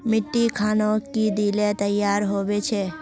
मिट्टी खानोक की दिले तैयार होबे छै?